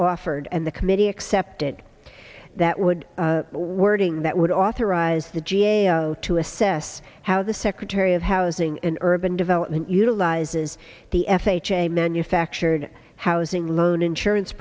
offered and the committee accepted that would wording that would authorize the g a o to assess how the secretary of housing and urban development utilizes the f h a manufactured housing loan insurance